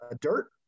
dirt